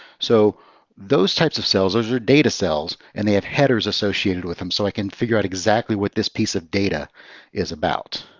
so those types of cells are data cells. and they have headers associated with them, so i can figure out exactly what this piece of data is about.